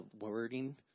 wording